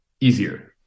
easier